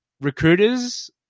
Recruiters